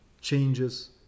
changes